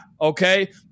Okay